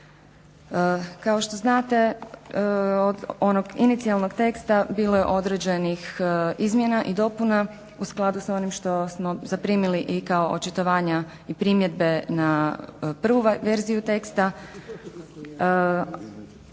Kao što znate, od onog inicijalnog teksta bilo je određenih izmjena i dopuna u skladu s onim što smo zaprimili i kao očitovanja i primjedbe na prvu verziju teksta.